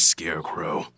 Scarecrow